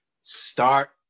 Start